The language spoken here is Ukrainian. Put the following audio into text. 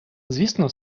звісно